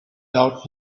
out